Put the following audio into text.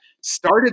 started